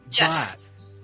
Yes